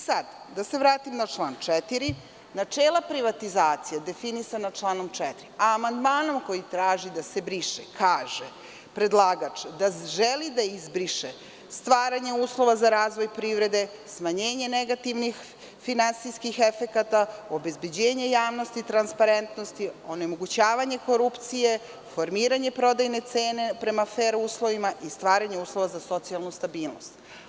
Sada, da se vratim na član 4. – načela privatizacije definisana članom 4, amandmanom kojim traži da se briše, kaže – predlagač da želi da izbriše „stvaranje uslova za razvoj privrede, smanjenje negativnih finansijskih efekata, obezbeđenje javnosti i transparentnosti, onemogućavanje korupcije, formiranje prodajne cene prema fer uslovima i stvaranje uslova za socijalnu stabilnost“